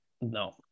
No